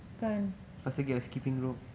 kan